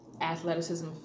Athleticism